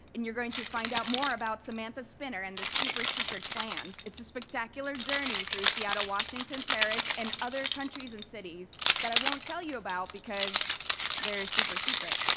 and you're going to find out more about samantha spinner and the super secret plans. it's a spectacular journey through seattle, washington, paris, and other countries and cities that i won't tell you about because they're super secret.